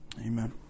Amen